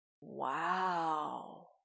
Wow